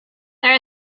there